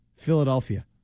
Philadelphia